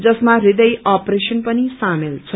जसमा हृदय अपरेशन पनि शामेल छ